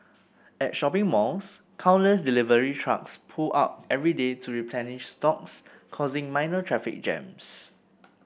at shopping malls countless delivery trucks pull up every day to replenish stocks causing minor traffic jams